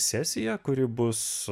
sesiją kuri bus